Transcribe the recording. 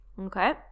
Okay